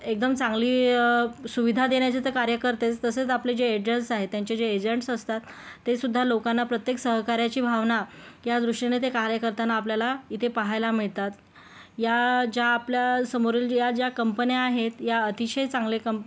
एकदम चांगली सुविधा देण्याचे तर कार्य करतेच तसेच आपले जे एजंस आहेत त्यांचे जे एजंट्स असतात तेसुद्धा लोकांना प्रत्येक सहकार्याची भावना त्या दृष्टीने ते कार्य करताना आपल्याला इथे पाहायला मिळतात या ज्या आपल्या समोरील या ज्या कंपन्या आहेत या अतिशय चांगले काम